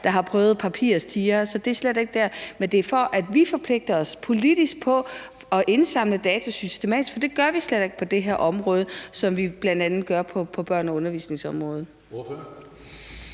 der har prøvet papirtigre, så det er slet ikke der, det er. Men det er, for at vi politisk forpligter os på at indsamle data systematisk, for det gør vi slet ikke på det her område, sådan som vi bl.a. gør det på børne- og undervisningsområdet.